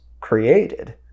created